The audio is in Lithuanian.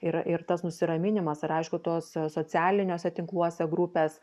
ir ir tas nusiraminimas ir aišku tos socialiniuose tinkluose grupės